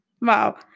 Wow